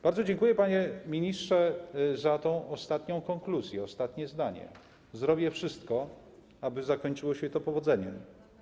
Bardzo dziękuję, panie ministrze, za tę konkluzję, ostatnie zdanie: Zrobię wszystko, aby zakończyło się to powodzeniem.